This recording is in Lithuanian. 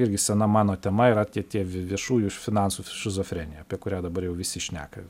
irgi sena mano tema yra tie tie viešųjų finansų šizofrenija apie kurią dabar jau visi šneka